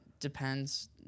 depends